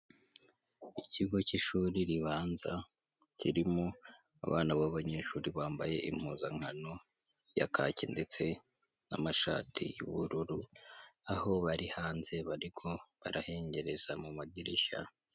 Ikigo k'ishuri ribanza, kirimo abana babanyeshuri bambaye impuzankano ya kaki ndetse n'amashati y'ubururu, aho bari hanze bariko barahengereza mu madirishya.